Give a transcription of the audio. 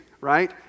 right